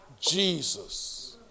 Jesus